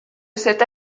cette